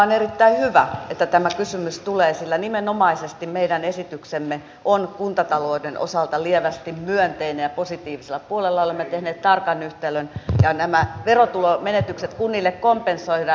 on erittäin hyvä että tämä kysymys tulee sillä nimenomaisesti meidän esityksemme on kuntatalouden osalta lievästi myönteinen ja positiivisella puolella olemme tehneet tarkan yhtälön ja nämä verotulomenetykset kunnille kompensoidaan